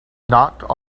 knocked